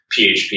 PHP